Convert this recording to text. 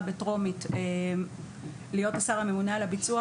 בטרומית להיות השר הממונה על הביצוע,